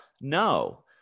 no